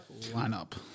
lineup